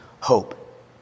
hope